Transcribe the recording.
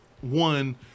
One